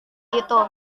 itu